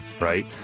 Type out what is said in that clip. right